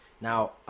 Now